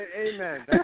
Amen